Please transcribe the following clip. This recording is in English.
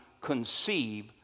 conceive